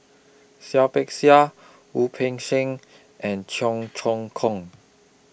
Seah Peck Seah Wu Peng Seng and Cheong Choong Kong